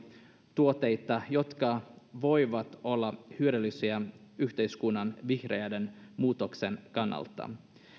tuotteita jotka voivat olla hyödyllisiä yhteiskunnan vihreän muutoksen kannalta